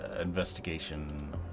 investigation